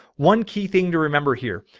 one key thing to remember here.